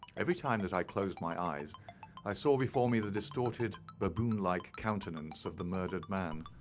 every time that i closed my eyes i saw before me the distorted baboon-like countenance of the murdered man.